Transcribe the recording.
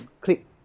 click